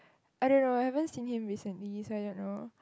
I don't know haven't seen him recently so I don't know